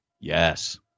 Yes